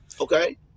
Okay